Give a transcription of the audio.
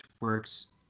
works